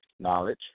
knowledge